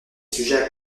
sujet